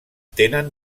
tenen